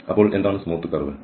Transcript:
അപ്പോൾ എന്താണ് smooth curve